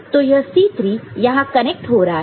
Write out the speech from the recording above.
तो यह C3 यहां कनेक्ट हो रहा है